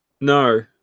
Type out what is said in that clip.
No